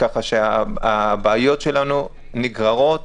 ככה שהבעיות שלנו נגררות